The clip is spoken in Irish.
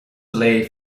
léi